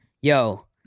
yo